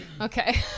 Okay